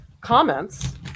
comments